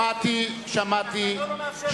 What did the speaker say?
אני קורא לך לסדר פעם שלישית,